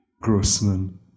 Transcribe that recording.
Grossman